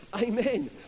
Amen